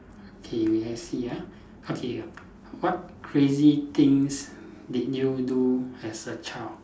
okay wait I see ah okay what crazy things did you do as a child